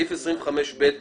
זה האישור לבקשת הרישיון.